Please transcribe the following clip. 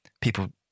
People